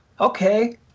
Okay